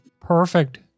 Perfect